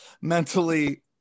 mentally